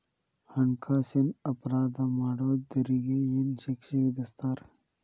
ಹಣ್ಕಾಸಿನ್ ಅಪರಾಧಾ ಮಾಡ್ದೊರಿಗೆ ಏನ್ ಶಿಕ್ಷೆ ವಿಧಸ್ತಾರ?